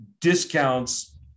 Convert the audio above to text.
discounts